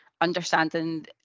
understanding